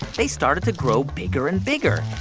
they started to grow bigger and bigger.